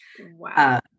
Wow